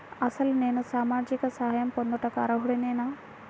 అసలు నేను సామాజిక సహాయం పొందుటకు అర్హుడనేన?